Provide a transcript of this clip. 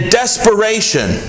desperation